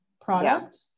product